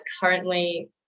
currently